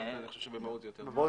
אני חושב ש"במהות" יותר טוב.